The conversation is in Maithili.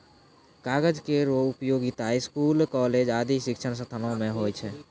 कागज केरो उपयोगिता स्कूल, कॉलेज आदि शिक्षण संस्थानों म होय छै